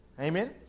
Amen